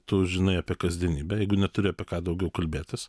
tu žinai apie kasdienybę jeigu neturi apie ką daugiau kalbėtis